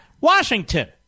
Washington